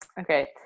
Okay